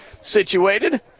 situated